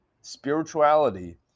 spirituality